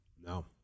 No